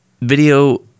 video